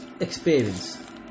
experience